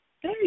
Hey